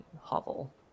Hovel